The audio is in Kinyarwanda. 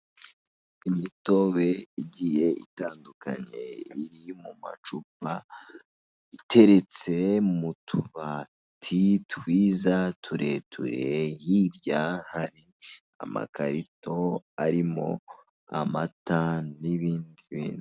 Imitobe igiye itandukanye iri mu macupa iteretse mu tubati twiza tureture hirya hari amakarito arimo amata n'ibindi bindi.